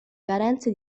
carenze